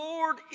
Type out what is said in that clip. Lord